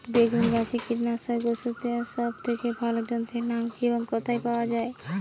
বেগুন গাছে কীটনাশক ওষুধ দেওয়ার সব থেকে ভালো যন্ত্রের নাম কি এবং কোথায় পাওয়া যায়?